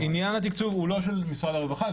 עניין התקצוב הוא לא של משרד הרווחה,